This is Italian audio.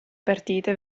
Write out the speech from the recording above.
partite